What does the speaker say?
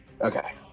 Okay